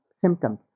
symptoms